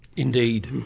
indeed,